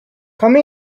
come